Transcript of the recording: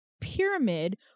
pyramid